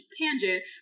tangent